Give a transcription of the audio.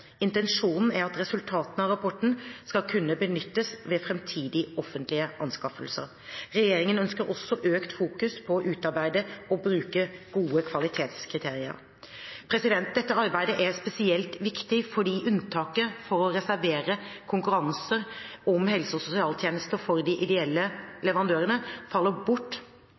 Intensjonen er at resultatene av rapporten skal kunne benyttes ved framtidige offentlige anskaffelser. Regjeringen ønsker også økt fokusering på å utarbeide og bruke gode kvalitetskriterier. Dette arbeidet er spesielt viktig fordi unntaket for å reservere konkurranser om helse- og sosialtjenester for de ideelle leverandørene faller bort